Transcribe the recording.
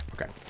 Okay